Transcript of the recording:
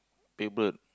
favorite